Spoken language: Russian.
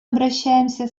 обращаемся